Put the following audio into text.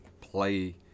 play